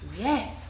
yes